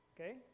okay